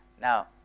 Now